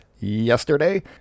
yesterday